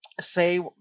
say